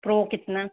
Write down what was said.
pro कितना